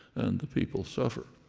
and the people suffer.